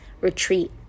retreat